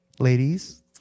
Ladies